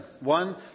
one